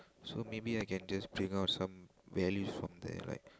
so maybe I can just bring out some values from there like